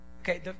Okay